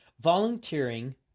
Volunteering